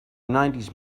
nineties